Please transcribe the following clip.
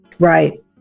Right